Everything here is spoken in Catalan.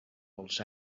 els